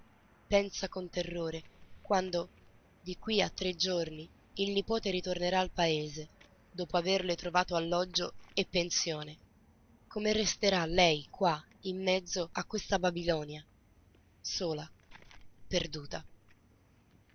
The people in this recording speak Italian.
pensa con terrore quando di qui a tre giorni il nipote ritornerà al paese dopo averle trovato alloggio e pensione come resterà lei qua in mezzo a questa babilonia sola perduta